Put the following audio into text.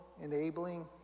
enabling